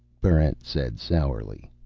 barrent said sourly.